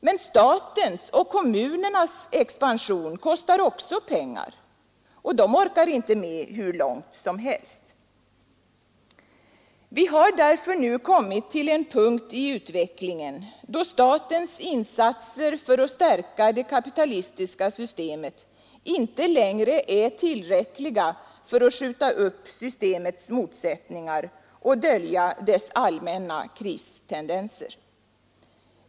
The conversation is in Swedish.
Men statens och kommunernas expansion kostar också pengar, och de orkar inte med den hur långt som helst. Vi har därför nu kommit till en punkt i utvecklingen då statens insatser för att stärka det kapitalistiska sytemet inte längre är tillräckliga för att skjuta upp systemets motsättningar och dölja dess allmänna kristendenser.